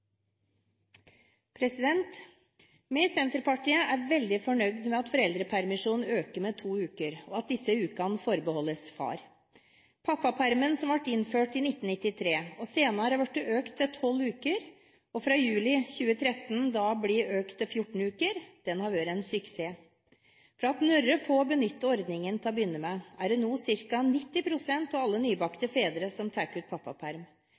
etter. Vi i Senterpartiet er veldig fornøyd med at foreldrepermisjonen øker med to uker, og at disse ukene forbeholdes far. Pappapermen, som ble innført i 1993 og senere er blitt økt til 12 uker – og fra juli 2013 blir økt til 14 uker – har vært en suksess. Fra at noen få benyttet ordningen til å begynne med, er det nå ca. 90 pst. av alle nybakte fedre som tar ut pappaperm.